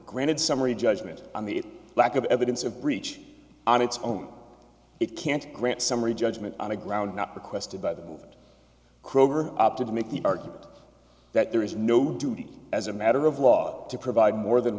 granted summary judgment on the lack of evidence of breach on its own it can't grant summary judgment on the ground not requested by the movement kroeger opted to make the argument that there is no duty as a matter of law to provide more than